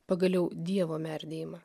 pagaliau dievo merdėjimą